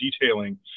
detailing